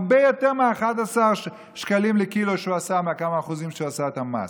הרבה יותר מ-11 שקלים לקילו או כמה אחוזים שהוא עשה את המס.